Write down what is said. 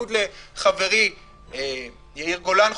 בניגוד לחברי יאיר גולן,